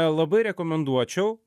labai rekomenduočiau